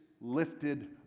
lifted